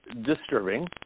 disturbing –